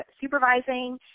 supervising